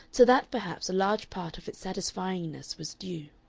to that, perhaps, a large part of its satisfyingness was due.